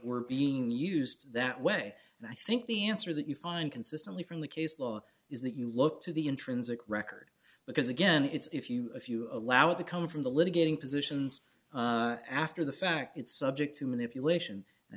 were being used that way and i think the answer that you find consistently from the case law is that you look to the intrinsic record because again it's if you if you allow it to come from the litigating positions after the fact it's subject to manipulation i